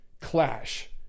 clash